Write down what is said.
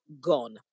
gone